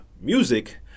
music